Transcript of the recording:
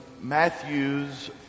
Matthew's